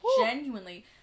genuinely